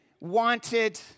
wanted